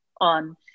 on